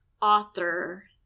author